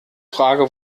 frage